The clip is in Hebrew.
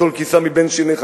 טול קיסם מבין שיניך.